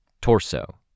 Torso